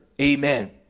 amen